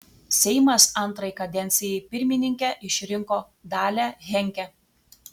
seimas antrai kadencijai pirmininke išrinko dalią henke